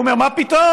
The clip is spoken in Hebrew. הוא אומר: מה פתאום?